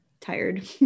tired